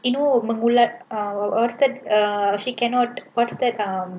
you know mangalam um what's that um she cannot what's that um